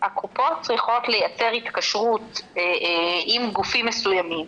הקופות צריכות לייצר התקשרות עם גופים מסוימים.